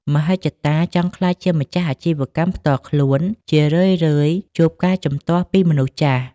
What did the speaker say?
មហិច្ឆតាចង់ក្លាយជាម្ចាស់អាជីវកម្មផ្ទាល់ខ្លួន ជារឿយៗជួបការជំទាស់ពីមនុស្សចាស់។